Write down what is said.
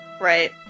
Right